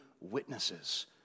witnesses